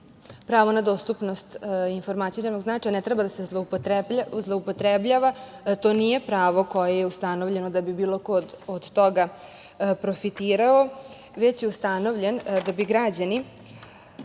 pravo na dostupnost informacija od javnog značaja ne treba da se zloupotrebljava. To nije pravo koje je ustanovljeno da bi bilo ko od toga profitirao, već je ustanovljen da bi građani